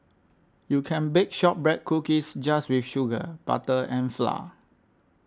you can bake Shortbread Cookies just with sugar butter and flour